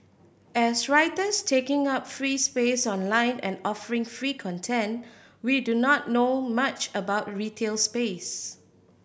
as writers taking up free space online and offering free content we do not know much about retail space